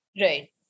right